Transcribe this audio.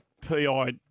PI